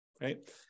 right